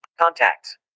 Contacts